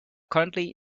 currently